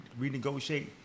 renegotiate